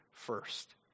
first